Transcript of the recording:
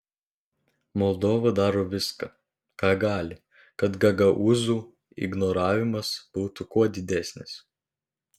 moldova daro viską ką gali kad gagaūzų ignoravimas būtų kuo didesnis